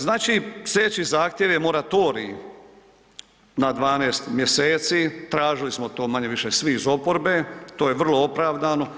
Znači, slijedeći zahtjev je moratorij na 12 mjeseci, tražili smo to manje-više svi iz oporbe, to je vrlo opravdano.